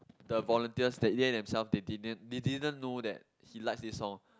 the volunteers that Yan and Selv they didn't they didn't know that he likes this song